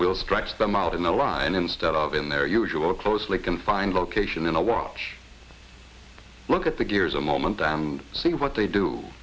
will stretch them out in the line instead of in their usual closely confined location in a watch look at the gears a moment and see what they do